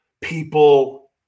People